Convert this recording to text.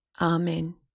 Amen